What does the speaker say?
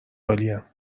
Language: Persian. عالیم